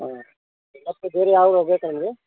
ಹಾಂ ಮತ್ತು ಬೇರೆ ಯಾವ ಹೂವ ಬೇಕಾ ನಿಮಗೆ